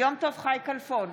יום טוב חי כלפון,